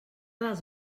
dels